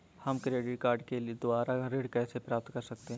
हम credit card के द्वारा ऋण कैसे प्राप्त कर सकते हैं?